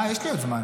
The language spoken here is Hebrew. אה, יש לי עוד זמן.